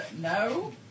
no